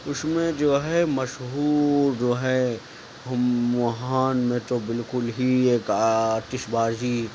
اس میں جو ہے مشہور جو ہے وہاں تو بالکل ہی ایک آتش بازی